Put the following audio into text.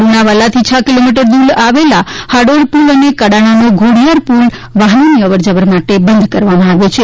લુણાવાડાથી છ કિમિ દ્રર આવેલ હાડોળ પ્રલ અને કડાણા નો ઘોડીયાર પ્રલ વાહનોની અવરજવર માટે બંધ કરવામાં આવ્યો છે